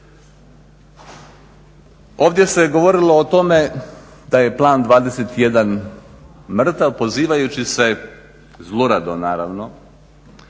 Ovdje se govorilo o tome da je Plan 21 mrtav, pozivajući se, zlurado naravno,